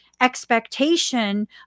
expectation